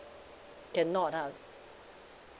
cannot ah